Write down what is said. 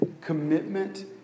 commitment